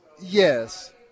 yes